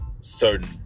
certain